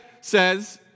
says